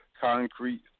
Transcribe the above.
concrete